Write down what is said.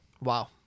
Wow